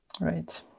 right